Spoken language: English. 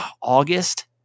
August